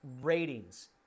ratings